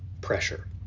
pressure